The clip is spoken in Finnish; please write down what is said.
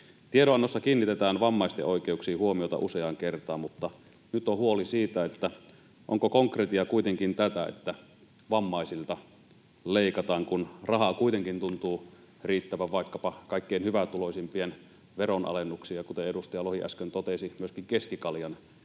Tiedonannossa kiinnitetään vammaisten oikeuksiin huomiota useaan kertaan, mutta nyt on huoli siitä, onko konkretia kuitenkin tätä, että vammaisilta leikataan, kun rahaa kuitenkin tuntuu riittävän vaikkapa kaikkein hyvätuloisimpien veronalennuksiin ja, kuten edustaja Lohi äsken totesi, myöskin keskikaljan